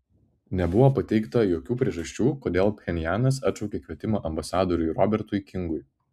nebuvo pateikta jokių priežasčių kodėl pchenjanas atšaukė kvietimą ambasadoriui robertui kingui